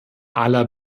aller